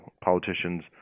politicians